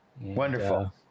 Wonderful